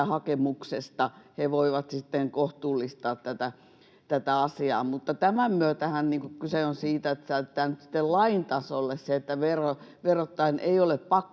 hakemuksesta he voivat kohtuullistaa tätä asiaa. Mutta tämän myötähän kyse on siitä, että saadaan nyt sitten lain tasolle se, että verottajan ei ole pakko